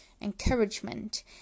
encouragement